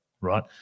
right